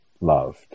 loved